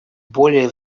более